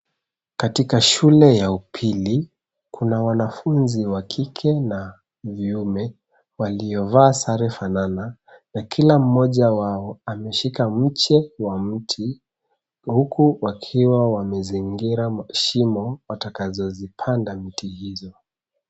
Katika shule ya upili, kuna wanafunzi wa kike na wa kiume waliovaa sare fanana na kila mmoja wao ameshika mche wa mti huku wakiwa wamezingira shimo watakazozipanda miti hizo.